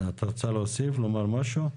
את רוצה להוסיף משהו?